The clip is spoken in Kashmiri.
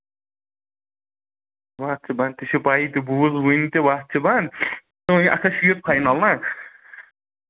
وَتھ چھ بنٛد تہِ چھ پیی تہِ بوٗز وُنۍ تہِ وَتھ چھ بنٛد اکھ شیٖتھ فاینل نا